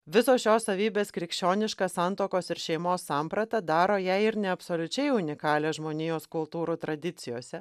visos šios savybės krikščionišką santuokos ir šeimos sampratą daro jei ir ne absoliučiai unikalią žmonijos kultūrų tradicijose